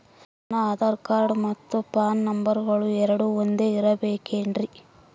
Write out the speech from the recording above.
ನನ್ನ ಆಧಾರ್ ಕಾರ್ಡ್ ಮತ್ತ ಪೋನ್ ನಂಬರಗಳು ಎರಡು ಒಂದೆ ಇರಬೇಕಿನ್ರಿ?